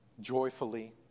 joyfully